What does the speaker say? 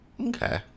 Okay